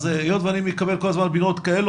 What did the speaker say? אז היות ואני מקבל כל הזמן פניות כאלה,